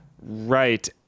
Right